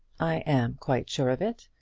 i am quite sure of it.